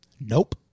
nope